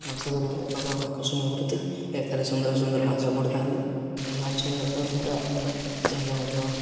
ମାଛ ଧରିବା ଏକ ଆକର୍ଷଣୀୟ ବୃତ୍ତି ଏଥିରେ ସୁନ୍ଦର ସୁନ୍ଦର ମାଛ ପଡ଼ିୁଥାନ୍ତି ମାଛ ଧରିବା ଦ୍ୱାରା ଆମେ ଚାହିଁଲେ ମଧ୍ୟ